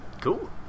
Cool